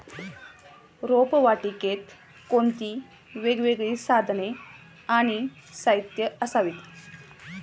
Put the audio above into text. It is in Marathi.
रोपवाटिकेत कोणती वेगवेगळी साधने आणि साहित्य असावीत?